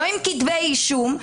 לא עם כתבי אישום,